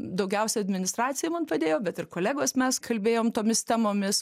daugiausia administracija man padėjo bet ir kolegos mes kalbėjom tomis temomis